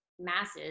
masses